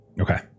okay